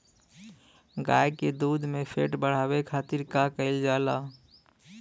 गाय के दूध में फैट बढ़ावे खातिर का कइल जाला?